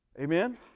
Amen